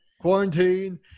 Quarantine